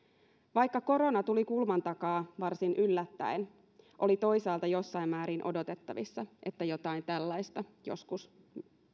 vaikka korona tuli kulman takaa varsin yllättäen oli toisaalta jossain määrin odotettavissa että jotain tällaista joskus